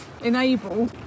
enable